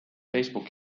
facebooki